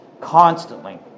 constantly